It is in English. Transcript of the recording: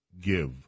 give